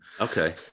Okay